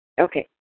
Okay